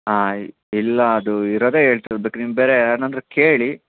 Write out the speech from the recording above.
ಇಲ್ಲ ಅದು ಇರೋದೇ ಹೇಳ್ತಿರೋದ್ ಬೇಕಾರೆ ನಿಮ್ಮ ಬೇರೆ ಯಾರನ್ನಾದರೂ ಕೇಳಿ